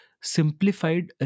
simplified